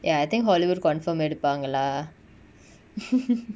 ya I think hollywood confirm ah எடுப்பாங்க:edupanga lah